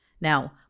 Now